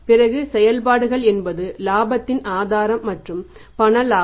பிறகு செயல்பாடுகள் என்பது இலாபத்தின் ஆதாரம் மற்றும் பண இலாபம்